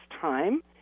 time